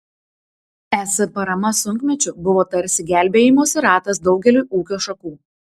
es parama sunkmečiu buvo tarsi gelbėjimosi ratas daugeliui ūkio šakų